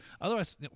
otherwise